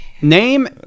name